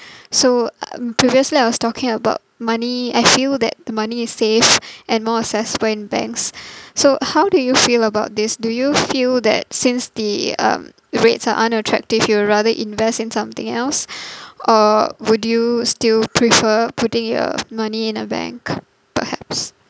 so um previously I was talking about money I feel that the money is safe and more accessible in banks so how do you feel about this do you feel that since the um rates are unattractive you'll rather invest in something else or would you still prefer putting your money in a bank perhaps